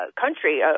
country